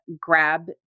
grab